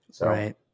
Right